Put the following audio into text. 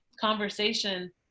conversation